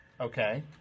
Okay